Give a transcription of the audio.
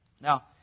Now